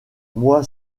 moi